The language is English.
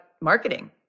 marketing